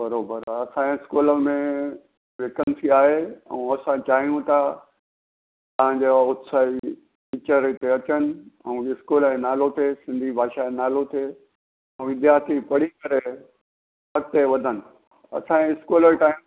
बराबरि आहे असांजे स्कूल में वेकेन्सी आहे ऐं असां चाहियूं था तव्हां जा उत्साही टीचर पिया अचनि ऐं स्कूल जो नालो थिए सिंधी भाषा जो नालो थिए ऐं विद्यार्थी पढ़ी करे अॻिते वधनि असांजे स्कूल जो टाइम